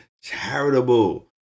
Charitable